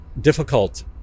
difficult